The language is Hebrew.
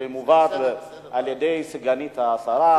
שמובאת על-ידי סגנית השר,